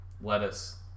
lettuce